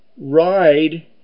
ride